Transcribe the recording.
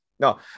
No